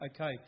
okay